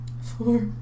four